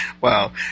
Wow